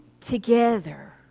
together